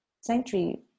sanctuary